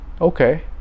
okay